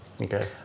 Okay